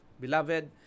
beloved